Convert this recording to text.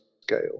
scale